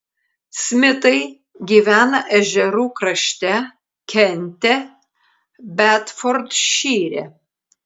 smitai gyvena ežerų krašte kente bedfordšyre